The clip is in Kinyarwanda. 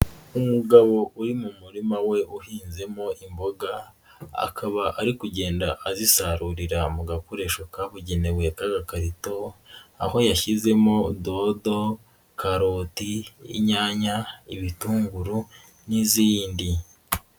Umugabo uri mu murima we uhinzemo imboga, akaba ari kugenda azisarurira mu gakoresho kabugenewe k'agakarito, aho yashyizemo dodo, karoti, inyanya, ibitunguru n'izindi.